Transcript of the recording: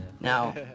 now